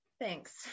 Thanks